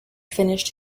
finished